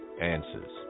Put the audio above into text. Answers